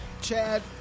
Chad